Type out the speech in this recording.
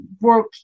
work